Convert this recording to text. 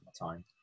time